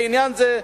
לעניין זה,